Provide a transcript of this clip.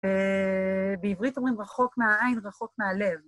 בעברית אומרים רחוק מהעין, רחוק מהלב.